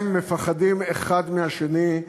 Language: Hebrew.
הם מפחדים אחד מהשני.